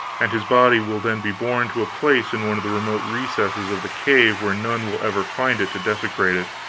and his body will then be borne to a place in one of the remote recesses of the cave where none will ever find it to desecrate it.